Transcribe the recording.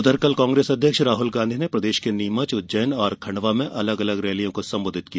वहीं कल कांग्रेस अध्यक्ष राहुल गांधी ने प्रदेश के नीमच उज्जैन और खण्डवा में अलग अलग रैलियों को संबोधित किया